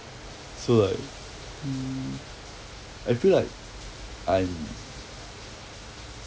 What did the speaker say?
so like mm I feel like I'm